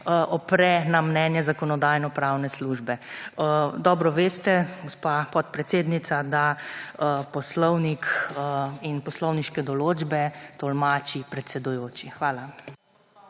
opre na mnenje Zakonodajno-pravne službe. Dobro veste, gospa podpredsednica, da poslovnik in poslovniške določbe tolmači predsedujoči. Hvala.